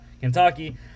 Kentucky